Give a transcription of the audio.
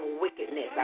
wickedness